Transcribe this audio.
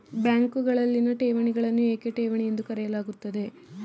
ಬ್ಯಾಂಕುಗಳಲ್ಲಿನ ಠೇವಣಿಗಳನ್ನು ಏಕೆ ಠೇವಣಿ ಎಂದು ಕರೆಯಲಾಗುತ್ತದೆ?